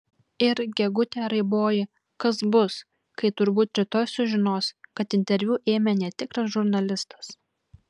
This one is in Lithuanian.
ir gegute raiboji kas bus kai turbūt rytoj sužinos kad interviu ėmė netikras žurnalistas